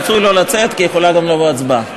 רצוי לא לצאת כי יכולה גם לבוא הצבעה.